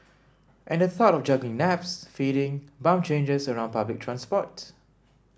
and the thought of juggling naps feeding bum changes around public transport